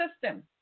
system